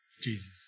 Jesus